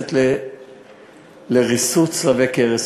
המתייחסת לריסוס צלבי קרס.